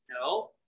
No